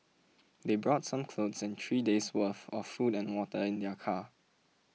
they brought some clothes and three days' worth of food and water in their car